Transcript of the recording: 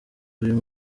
uyu